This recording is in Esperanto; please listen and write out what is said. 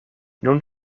nun